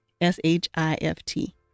S-H-I-F-T